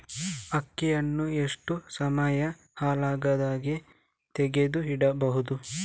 ಅಕ್ಕಿಯನ್ನು ಎಷ್ಟು ಸಮಯ ಹಾಳಾಗದಹಾಗೆ ತೆಗೆದು ಇಡಬಹುದು?